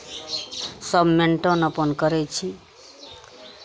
सभ मेन्टन अपन करै छी